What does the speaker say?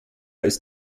ist